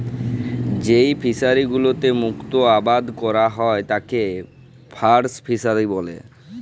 যেই ফিশারি গুলোতে মুক্ত আবাদ ক্যরা হ্যয় তাকে পার্ল ফিসারী ব্যলে